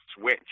switch